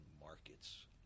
markets